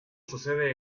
sucede